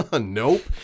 Nope